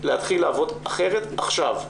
להתחיל לעבוד אחרת עכשיו.